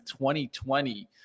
2020